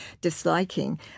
disliking